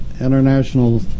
international